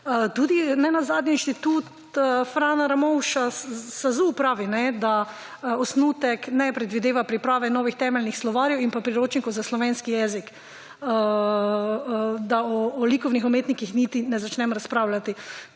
tudi nenazadnje Institut Frana Ramovša. SAZU pravi, da osnutek ne predvideva pripravek novih temeljnih slovarjev in pa priročnikov za slovenski jezik, da o likovnih umetnikih niti ne začnem razpravljati,